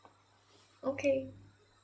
okay